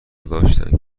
داشتند